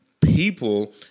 people